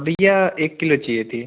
भईया एक किलो चाहिए थी